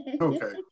Okay